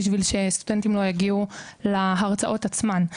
על מנת שסטודנטים לא יגיעו להרצאות עצמן.